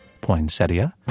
poinsettia